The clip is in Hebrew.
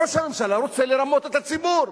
ראש הממשלה רוצה לרמות את הציבור.